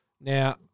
Now